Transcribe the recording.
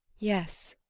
yes.